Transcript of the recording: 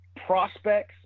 prospects